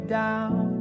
down